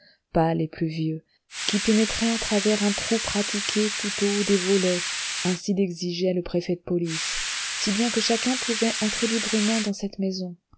pâle et pluvieux qui pénétrait à travers un trou pratiqué tout au haut des volets ainsi l'exigeait le préfet de police si bien que chacun pouvait entrer librement dans cette maison